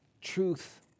Truth